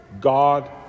God